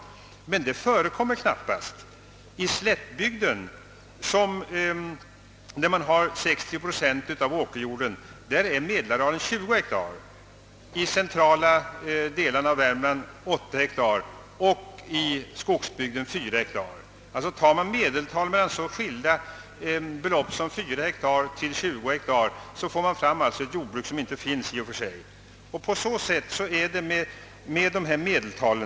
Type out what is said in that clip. Sådana jordbruk förekommer endast i ringa utsträckning. På slättbygden där man har 60 procent av åkerjorden är medelarealen 20 hektar, i de centrala delarna av Värmland 8 hektar och i skogsbygden 4 hektar. Tar man medeltalet mellan så skilda arealer som 4 hektar och 20 hektar, får man fram ett jordbruk som i och för sig knappast finns. På samma sätt är det med övriga medeltal.